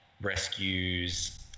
rescues